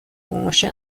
branche